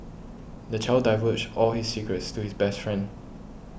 the child divulged all his secrets to his best friend